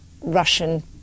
Russian